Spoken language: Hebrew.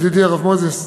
ידידי הרב מוזס,